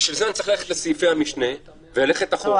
בשביל אני צריך ללכת לסעיפי המשנה וללכת אחורה ולקרוא את החוקים.